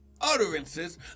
utterances